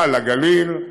לגליל בכלל.